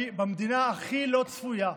במדינה הכי לא צפויה.